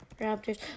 Raptors